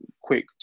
quick